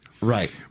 Right